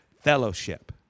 fellowship